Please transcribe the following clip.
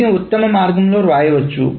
వీటిని ఉత్తమ మార్గంలో వ్రాయవచ్చు